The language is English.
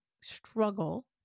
struggle